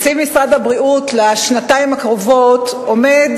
הבריאות לשנתיים הקרובות עומד